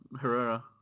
Herrera